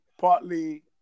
partly